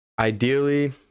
ideally